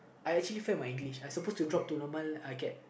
I actually fail my English I supposed to drop to normal acad